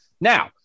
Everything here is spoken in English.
Now